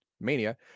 mania